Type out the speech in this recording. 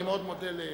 אדוני היושב-ראש,